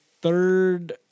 third